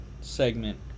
segment